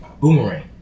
Boomerang